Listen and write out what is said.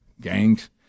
gangs